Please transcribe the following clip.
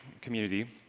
community